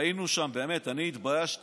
ראינו שם, באמת, אני התביישתי